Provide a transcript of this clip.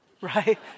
right